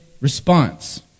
response